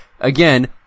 again